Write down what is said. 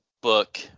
book